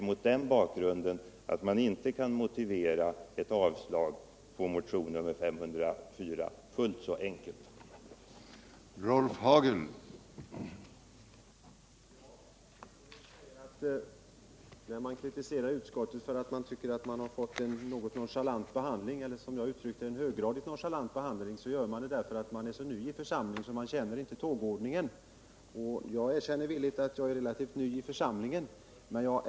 Mot den bakgrunden tycker jag inte man kan motivera ett avslag på motion 504 fullt så enkelt som utskottet gjort.